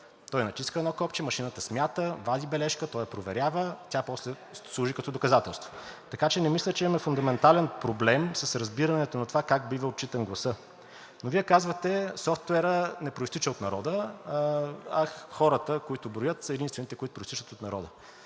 Той натиска едно копче, машината смята, вади бележка, той я проверява, тя после служи като доказателство. Така че не мисля, че имаме фундаментален проблем с разбирането на това как бива отчитан гласът. Но Вие казвате – софтуерът не произтича от народа, а хората, които броят са единствените, които произтичат от народа.